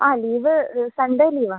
ആ leave Sunday ലീവാണ്